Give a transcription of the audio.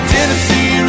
Tennessee